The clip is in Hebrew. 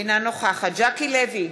אינה נוכחת ז'קי לוי,